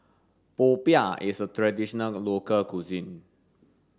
popiah is a traditional local cuisine